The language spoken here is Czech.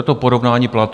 To porovnání platů.